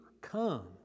come